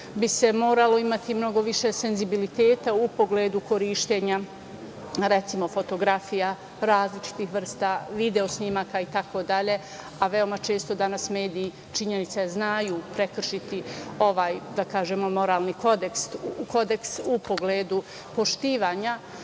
bi se moralo imati mnogo više senzibiliteta u pogledu korišćenja, recimo fotografija, različitih vrsta video snimaka itd, a veoma često danas mediji, činjenica je, znaju prekršiti ovaj, da kažemo, moralni kodeks u pogledu poštovanja